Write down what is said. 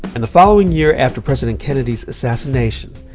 and the following year, after president kennedy's assassination,